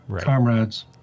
comrades